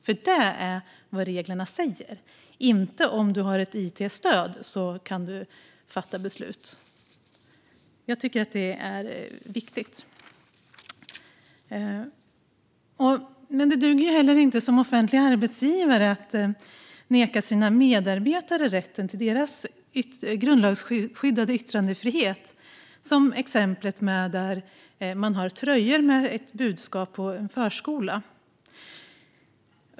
Det är nämligen vad reglerna säger. De säger inte att man ska kunna fatta beslut om man har ett it-stöd. Jag tycker att detta är viktigt. Det duger inte heller att som offentlig arbetsgivare neka sina medarbetare rätten till grundlagsskyddad yttrandefrihet, som i exemplet där personalen på en förskola hade tröjor med ett budskap.